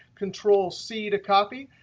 control c to copy.